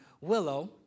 Willow